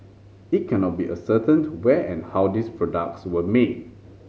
it cannot be ascertained where and how these products were made